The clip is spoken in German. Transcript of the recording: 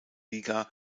liga